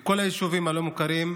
בכל היישובים הלא-מוכרים,